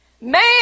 Man